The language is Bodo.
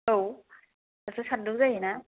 आव एसे सान्दुन जायो ना